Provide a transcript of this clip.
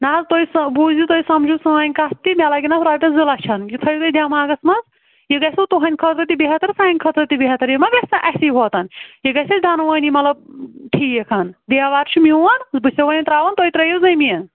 نہ حظ تُہۍ بوٗزِو تُہۍ سمجِو سٲنۍ کتھ تہِ مےٚ لگن اَتھ رۄپیس زٕ لچھن یہِ تھٲوِزیٚو تُہۍ دیٚماغس منٛز یہِ گژھوٕ تُہٕنٛدِ خٲطرٕ تہِ بہتر سانہِ خٲطرٕ تہِ بہتر یہِ ما گژھِ اسی یوٚتن یہِ گژھِ تیٚلہِ دۄنوٕنی مطلب ٹھیٖک ہن دیوار چھُ میٛون بہٕ چھسو وۄنۍ ترٛٲوان تُہۍ ترٛٲوِو زٔمیٖن